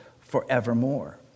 forevermore